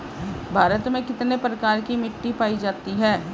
भारत में कितने प्रकार की मिट्टी पाई जाती हैं?